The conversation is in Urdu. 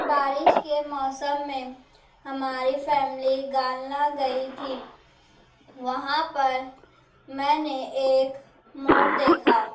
بارش کے موسم میں ہماری فیملی گالنا گئی تھی وہاں پر میں نے ایک مور دیکھا